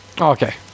okay